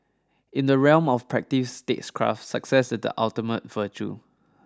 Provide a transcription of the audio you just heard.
in the realm of practice statecraft success is the ultimate virtue